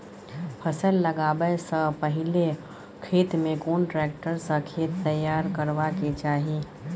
फसल लगाबै स पहिले खेत में कोन ट्रैक्टर स खेत तैयार करबा के चाही?